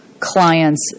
client's